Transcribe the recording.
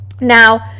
Now